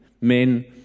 men